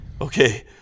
okay